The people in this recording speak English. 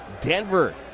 Denver